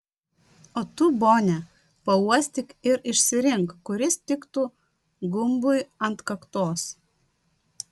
o tu bone pauostyk ir išsirink kuris tiktų gumbui ant kaktos